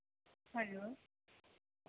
hello